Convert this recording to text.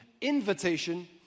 invitation